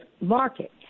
market